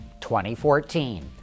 2014